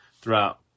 throughout